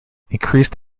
increased